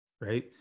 Right